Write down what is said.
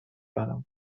برم